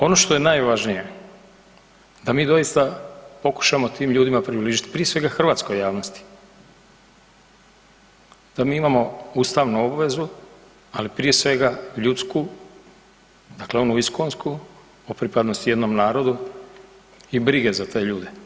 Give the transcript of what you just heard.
Ono što je najvažnije da mi doista pokušamo tim ljudima približiti, prije svega hrvatskoj javnosti, da mi imamo ustavnu obvezu, ali prije svega ljudsku dakle onu iskonsku o pripadnosti jednom narodu i brige za te ljude.